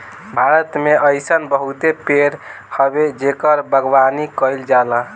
भारत में अइसन बहुते पेड़ हवे जेकर बागवानी कईल जाला